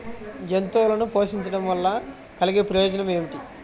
జంతువులను పోషించడం వల్ల కలిగే ప్రయోజనం ఏమిటీ?